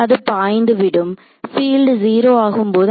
அது பாய்ந்து விடும் பீல்டு 0 ஆகும் போது